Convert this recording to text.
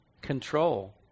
control